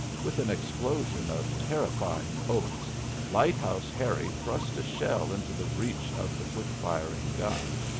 with an explosion of terrifying oaths lighthouse harry thrust a shell into the breech of the quick-firing gun.